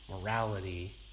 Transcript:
Morality